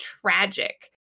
tragic